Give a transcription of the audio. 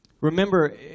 Remember